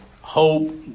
hope